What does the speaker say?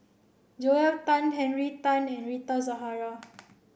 Joel Tan Henry Tan and Rita Zahara